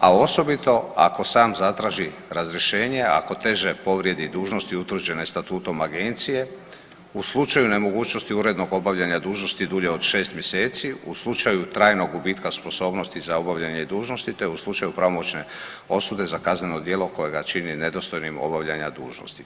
a osobito ako sam zatraži razrješenje ako teže povrijedi dužnosti utvrđene statutom agencije u slučaju nemogućnosti urednog obavljanja dužnosti dulje od 6 mjeseci, u slučaju trajnog gubitka sposobnosti za obavljanje dužnosti, te u slučaju pravomoćne osude za kazneno djelo koje ga čini nedostojnim obavljanja dužnosti.